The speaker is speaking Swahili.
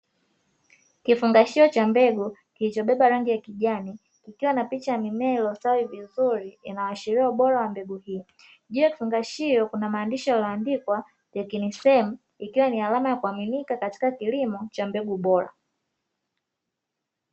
Kifungashio cha mbegu kilichobeba rangi ya kijani, kikiwa na picha ya mimea iliyostawi, inayoashiria ubora wa mbegu hiyo. Juu ya kifungashio kuna maandishi yaliyoandikwa "TECHNISEM", ikiwa ni alama ya kuamka katika kilimo cha mbegu bora.